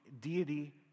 deity